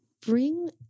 bring